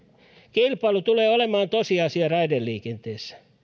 kilpailu tulee olemaan tosiasia raideliikenteessä